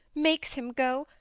makes him go,